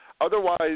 otherwise